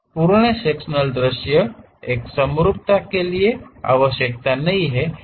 पूर्ण सेक्शनल दृश्य इस समरूपता के लिए आवश्यकता नहीं है